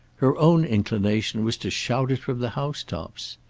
her own inclination was to shout it from the house-tops.